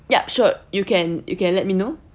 yup sure you can you can let me know